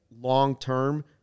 long-term